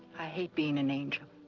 i hate being an angel.